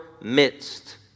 midst